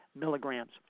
milligrams